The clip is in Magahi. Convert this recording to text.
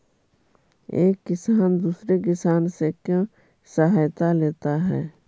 एक किसान दूसरे किसान से क्यों सहायता लेता है?